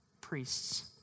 priests